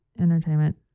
Entertainment